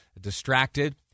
distracted